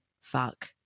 fuck